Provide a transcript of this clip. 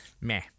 Meh